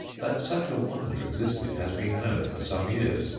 that such a wonder existed has been known for some years,